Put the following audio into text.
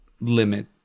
limit